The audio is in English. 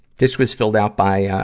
this was filled out by, ah.